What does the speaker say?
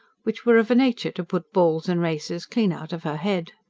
which were of a nature to put balls and races clean out of her head.